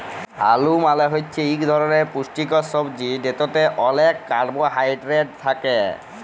আলু মালে হছে ইক ধরলের পুষ্টিকর ছবজি যেটতে অলেক কারবোহায়ডেরেট থ্যাকে